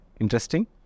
Interesting